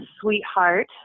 sweetheart